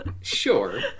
Sure